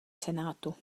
senátu